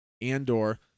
andor